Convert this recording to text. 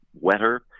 wetter